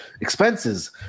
expenses